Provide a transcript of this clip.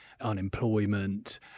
unemployment